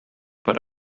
but